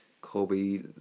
Kobe